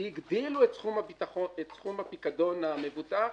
הגדילו את סכום הפיקדון המבוטח,